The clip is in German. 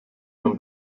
man